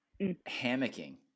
Hammocking